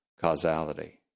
causality